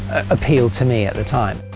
appealed to me at the time.